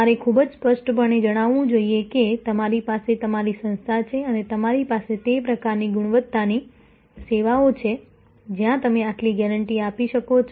તમારે ખૂબ જ સ્પષ્ટપણે જણાવવું જોઈએ કે તમારી પાસે તમારી સંસ્થા છે અને તમારી પાસે તે પ્રકારની ગુણવત્તાની સેવાઓ છે જ્યાં તમે આટલી ગેરંટી આપી શકો છો